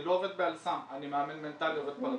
לא עובד ב"אל סם", אני מאמן מנטלי, עובד פרטני,